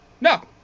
No